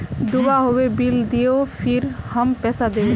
दूबा होबे बिल दियो फिर हम पैसा देबे?